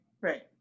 right